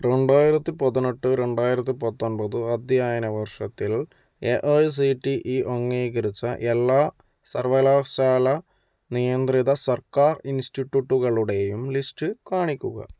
രണ്ടായിരത്തി പതിനെട്ട് രണ്ടായിരത്തി പത്തൊൻപത് അധ്യയന വർഷത്തിൽ A I C T E അംഗീകരിച്ച എല്ലാ സർവകലാശാല നിയന്ത്രിത സർക്കാർ ഇൻസ്റ്റിട്യൂട്ടുകളുടെയും ലിസ്റ്റ് കാണിക്കുക